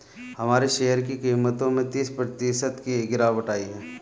हमारे शेयर की कीमतों में तीस प्रतिशत की गिरावट आयी है